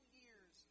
years